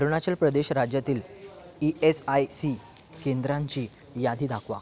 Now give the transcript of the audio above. अरुणाचल प्रदेश राज्यातील E S I C केंद्रांची यादी दाखवा